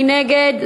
מי נגד?